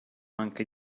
anche